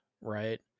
right